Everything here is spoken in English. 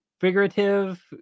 figurative